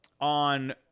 on